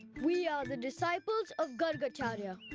we are the disciples of gargacarya.